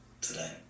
today